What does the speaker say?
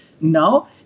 Now